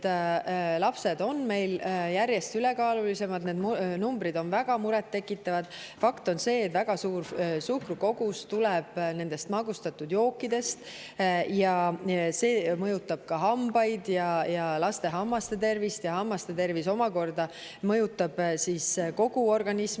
lapsed on meil järjest ülekaalulisemad, need numbrid on väga murettekitavad. Fakt on see, et väga suur suhkrukogus tuleb nendest magustatud jookidest. See mõjutab ka laste hammaste tervist ja hammaste tervis omakorda mõjutab kogu organismi